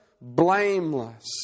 blameless